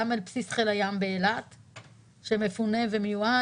גם על בסיס חיל הים באילת שמפונה ומיועד,